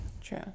True